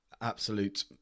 absolute